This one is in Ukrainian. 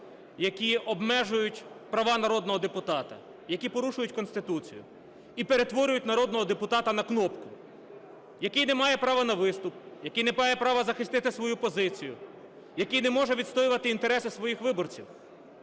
які обмежують права народного депутата, які порушують Конституцію і перетворюють народного депутата на кнопку, який не має права на виступ, який не має права захистити свою позицію, який не може відстоювати інтереси своїх виборців.